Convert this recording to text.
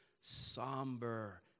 somber